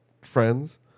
friends